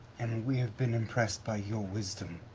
and we have been impressed by your wisdom,